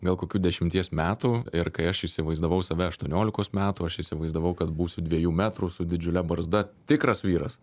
gal kokių dešimties metų ir kai aš įsivaizdavau save aštuoniolikos metų aš įsivaizdavau kad būsiu dviejų metrų su didžiule barzda tikras vyras